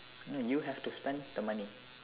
no you have to spend the money